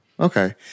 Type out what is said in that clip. Okay